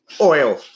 oil